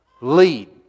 lead